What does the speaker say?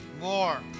more